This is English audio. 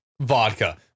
vodka